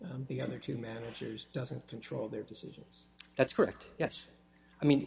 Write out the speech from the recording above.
the other two managers doesn't control their decisions that's correct yes i mean